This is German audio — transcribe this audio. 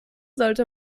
sollte